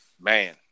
man